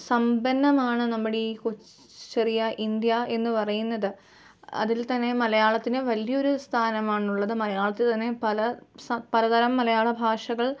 സമ്പന്നമാണ് നമ്മുടെ ഈ കൊച്ച് ചെറിയ ഇന്ത്യ എന്ന് പറയുന്നത് അതിൽത്തന്നെ മലയാളത്തിന് വലിയൊരു സ്ഥാനമാണുള്ളത് മലയാളത്തില് തന്നെ പല പലതരം മലയാളഭാഷകൾ